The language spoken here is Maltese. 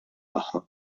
magħha